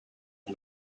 and